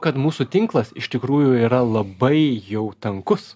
kad mūsų tinklas iš tikrųjų yra labai jau tankus